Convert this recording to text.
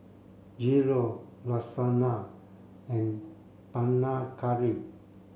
Gyro Lasagna and Panang Curry